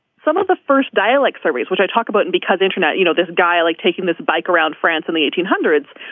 some of the first dialect series which i talk about and because internet you know this guy like taking this bike around france in the eighteen hundreds.